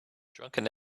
drunken